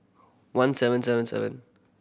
one seven seven seven